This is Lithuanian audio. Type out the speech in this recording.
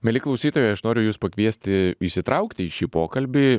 mieli klausytojai aš noriu jus pakviesti įsitraukti į šį pokalbį